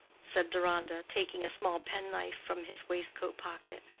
said deronda, taking a small penknife from his waistcoat-pocket.